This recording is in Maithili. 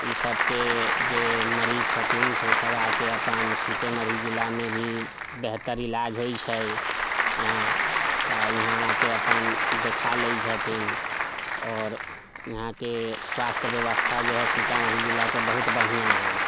इसभके जे मरीज छथिन से सभ आकऽ अपन सीतेमढ़ी जिलामे भी बेहतर इलाज होइ छै यहाँ तऽ यहाँ आकऽ अपन देखा लै छथिन आओर यहाँके स्वास्थ्य व्यवस्था जेहै सीतामढ़ी जिलाके बहुत बढ़िऑं है